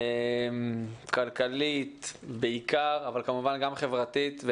בעיקר כלכלית אבל כמובן גם חברתית.